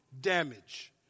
damage